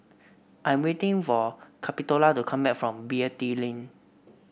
I am waiting for Capitola to come back from Beatty Lane